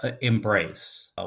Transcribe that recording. embrace